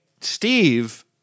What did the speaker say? Steve